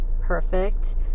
perfect